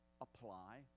apply